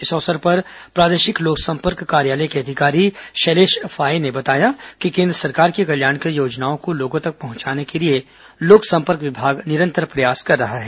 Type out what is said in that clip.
इस अवसर पर प्रादेशिक लोकसंपर्क कार्यालय के अधिकारी शैलेष फाये ने बताया कि केन्द्र सरकार की कल्याणकारी योजनाओं को लोगों तक पहंचाने के लिए लोकसंपर्क विभाग निरंतर प्रयास कर रहा है